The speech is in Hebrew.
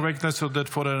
חבר הכנסת עודד פורר,